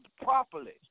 properly